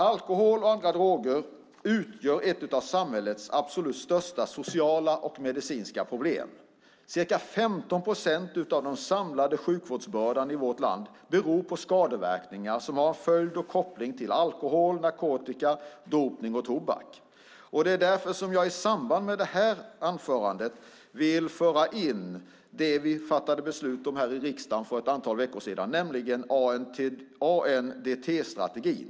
Alkohol och andra droger utgör ett av samhällets absolut största sociala och medicinska problem. Det är ca 15 procent av den samlade sjukvårdsbördan i vårt land som beror på skadeverkningar är en följd av och har en koppling till alkohol, narkotika, dopning och tobak. Det är därför som jag i samband med detta anförande vill föra in det vi fattade beslut om här i riksdagen för ett antal veckor sedan, nämligen ANDT-strategin.